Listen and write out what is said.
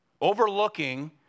Overlooking